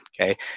okay